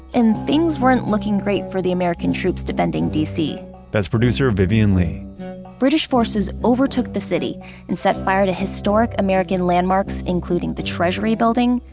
and things weren't looking great for the american troops defending d c that's producer vivian le british forces overtook the city and set fire to historic american landmarks, including the treasury building,